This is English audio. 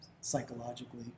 psychologically